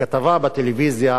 בכתבה בטלוויזיה